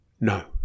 no